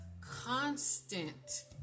constant